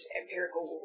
empirical